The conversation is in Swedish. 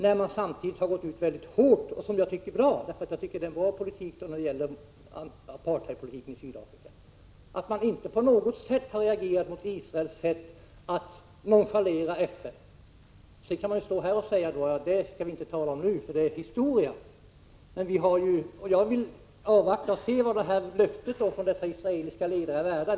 När man samtidigt har gått ut med en hård och bra politik mot apartheidpolitiken i Sydafrika tycker jag det är anmärkningsvärt att man inte på något sätt har reagerat mot Israels sätt att nonchalera FN. Sedan kan man stå här och säga: Det där skall vi inte tala om nu, för det är historia. Jag vill nog avvakta och se vad löftet från dessa israeliska ledare är värt.